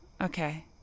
Okay